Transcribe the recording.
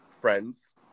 friends